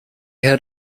had